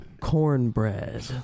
Cornbread